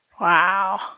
Wow